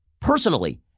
personally